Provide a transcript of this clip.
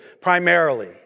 primarily